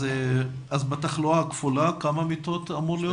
אז בתחלואה הכפולה כמה מיטות אמור להיות?